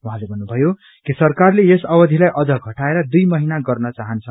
उहाँले भन्नुभयो कि सरकारले यस अवधिलाई अझ घटाएर दुई महिना गर्न चाहन्छ